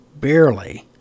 barely